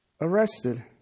arrested